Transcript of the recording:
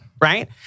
Right